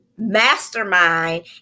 mastermind